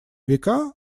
века